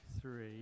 three